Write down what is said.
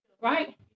right